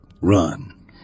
run